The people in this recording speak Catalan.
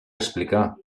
explicar